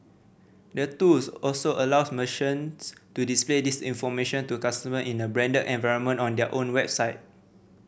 the tools also allows merchants to display this information to customer in a branded environment on their own website